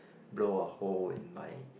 blow a hole in my